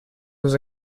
was